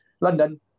London